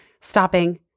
stopping